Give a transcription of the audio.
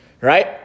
Right